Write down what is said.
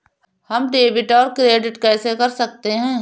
हम डेबिटऔर क्रेडिट कैसे कर सकते हैं?